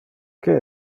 que